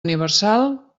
universal